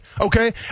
Okay